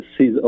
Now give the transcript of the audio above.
see